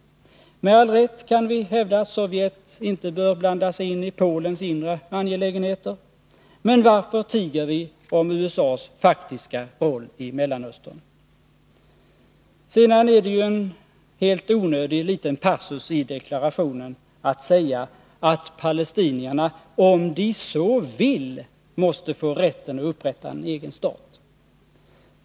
Med all rätt kan vi hävda att Sovjet inte bör blanda sig i Polens inre angelägenheter. Men varför tiger vi om USA:s faktiska roll i Mellanöstern? Sedan är det en helt onödig liten passus i deklarationen att säga att palestinierna ”om de så vill” måste få rätten att upprätta en egen stat.